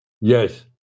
Yes